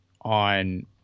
on